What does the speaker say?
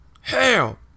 hell